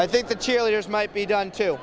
i think the cheerleaders might be done to